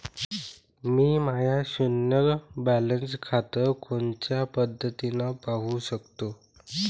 मी माय शुन्य बॅलन्स खातं कोनच्या पद्धतीनं पाहू शकतो?